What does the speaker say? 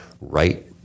right